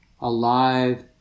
alive